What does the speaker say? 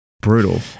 brutal